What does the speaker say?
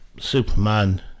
Superman